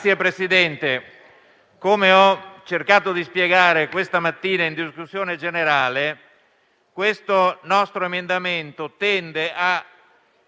Signor Presidente, come ho cercato di spiegare questa mattina in discussione generale, questo nostro emendamento tende a